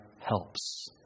helps